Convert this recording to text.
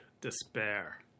despair